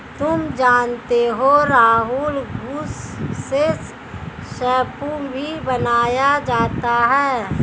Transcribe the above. तुम जानते हो राहुल घुस से शैंपू भी बनाया जाता हैं